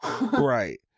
Right